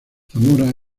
zamora